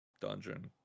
dungeon